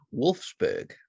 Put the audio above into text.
Wolfsburg